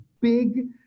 big